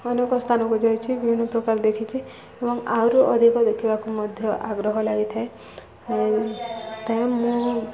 ଅନେକ ସ୍ଥାନକୁ ଯାଇଛି ବିଭିନ୍ନ ପ୍ରକାର ଦେଖିଛି ଏବଂ ଆହୁରି ଅଧିକ ଦେଖିବାକୁ ମଧ୍ୟ ଆଗ୍ରହ ଲାଗିଥାଏ ତ ମୁଁ